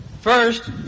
first